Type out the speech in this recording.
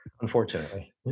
Unfortunately